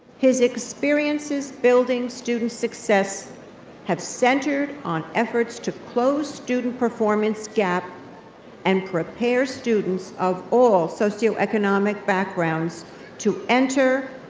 his experiences building student success have centered on efforts to close student performance gap and prepare students of all socioeconomic backgrounds to enter,